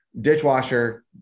dishwasher